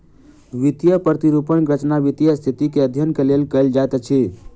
वित्तीय प्रतिरूपण के रचना वित्तीय स्थिति के अध्ययन के लेल कयल जाइत अछि